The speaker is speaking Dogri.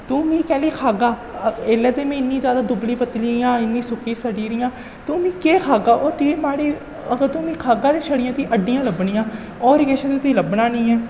तूं मिगी पैह्लें खाह्गा एह्लै में इ'न्नी जैदा दुबली पतली आं इन्नी सुक्की सड़ी दियां तूं मिगी केह् खाह्गा ओह् तुगी माड़ी अगर तू मिगी खाह्गा ते छड़ियां तुगी हड्डियां लब्भनियां होर केश ते तुगी लब्भना नेईं ऐ